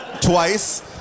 Twice